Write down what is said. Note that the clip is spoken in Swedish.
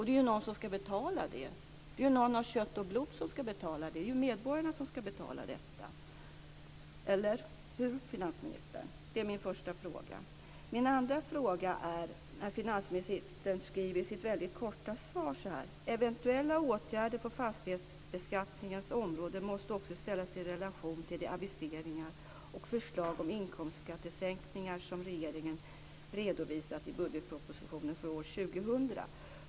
Det är ju någon som ska betala det, någon av kött och blod. Det är medborgarna som ska betala detta - eller hur, finansministern? Det är min första fråga. Min andra fråga gäller det som finansminister skriver i sitt väldigt korta svar: "Eventuella åtgärder på fastighetsbeskattningens område måste också ställas i relation till de aviseringar och förslag om inkomstskattesänkningar som regeringen redovisat i budgetpropositionen för år 2000."